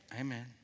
Amen